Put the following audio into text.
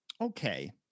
okay